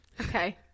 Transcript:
Okay